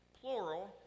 plural